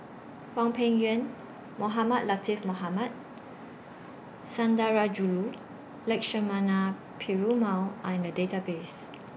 Hwang Peng Yuan Mohamed Latiff Mohamed Sundarajulu Lakshmana Perumal Are in The Database